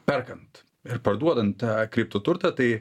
perkant ir parduodant tą kriptų turtą tai